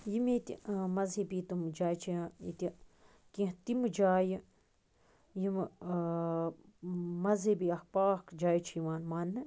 یِم ییٚتہِ مذہبی تِم جایہِ چھِ ییٚتہِ کیٚنٛہہ تِمہٕ جایہِ یمہٕ مذہبی اَکھ پاکھ جایہِ چھِ یِوان ماننہٕ